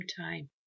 time